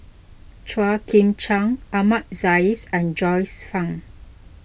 Chua Chim Kang Ahmad Jais and Joyce Fan